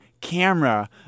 camera